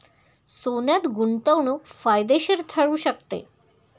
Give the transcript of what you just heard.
सोन्यात गुंतवणूक फायदेशीर ठरू शकते